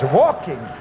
walking